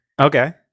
okay